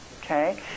Okay